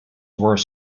were